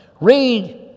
Read